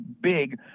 Big